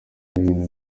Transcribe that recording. buhinde